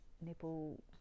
nipple